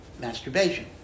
masturbation